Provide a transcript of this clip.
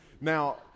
Now